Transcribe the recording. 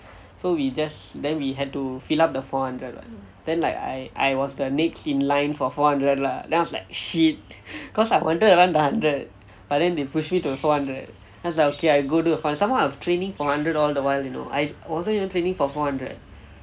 so we just then we had to fill up the four hundred [what] then like I I was the next in line for four hundred lah then I was like shit cause I wanted to run one hundred but they push me to four hundred then I was like okay I go do the four hundred somemore I was training for hundred all the while you know I wasn't even training for four hundred